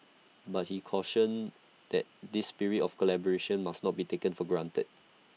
but he cautioned that this spirit of collaboration must not be taken for granted